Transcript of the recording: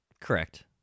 Correct